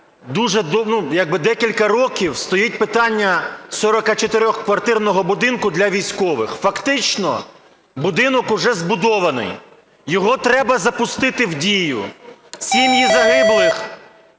би декілька років стоїть питання 44-квартирного будинку для військових. Фактично будинок уже збудований, його треба запустити в дію. Сім'ї загиблих